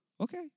okay